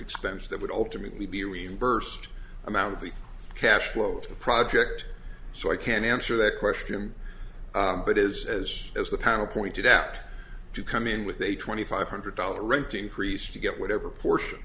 expense that would ultimately be reimbursed amount of the cash flow of the project so i can't answer that question but is as as the panel pointed out to come in with a twenty five hundred dollar renting priest to get whatever portion